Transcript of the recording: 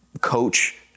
coach